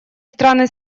страны